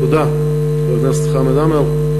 תודה, חבר הכנסת חמד עמאר.